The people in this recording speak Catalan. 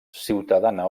ciutadana